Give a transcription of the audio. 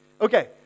Okay